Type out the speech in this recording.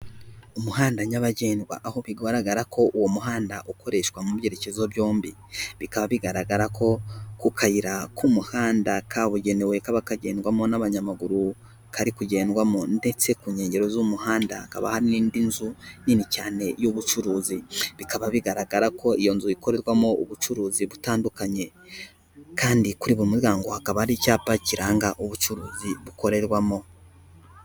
Umuhanda nyabagendwa, aho bigaragara ko uwo muhanda ukoreshwa mu byerekezo byombi. Bikaba bigaragara ko ku kayira k'umuhanda kabugenewe kaba kagendwamo n'abanyamaguru kari kugendwamo ndetse ku nkengero z'umuhanda hakaba hari n'indi nzu nini cyane y'ubucuruzi. Bikaba bigaragara ko iyo nzu ikorerwamo ubucuruzi butandukanye kandi kuri buri muryango hakaba hari icyapa kiranga ubucuruzi bukorerwamo.